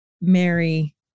Mary